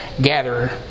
gatherer